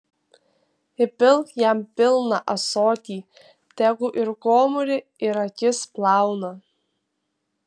įpilk jam pilną ąsotį tegu ir gomurį ir akis plauna